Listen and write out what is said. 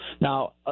Now